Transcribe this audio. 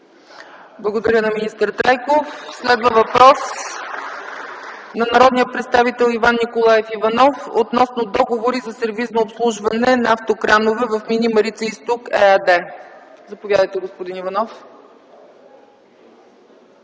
Благодаря на министър Трайков. Следва въпрос от народния представител Иван Николаев Иванов относно договори за сервизно обслужване на автокранове в Мини „Марица-Изток” ЕАД. Заповядайте, господин Иванов.